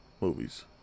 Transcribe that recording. movies